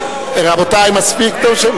רבותי, מספיק.